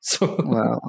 Wow